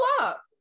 up